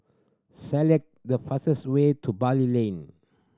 select the fastest way to Bali Lane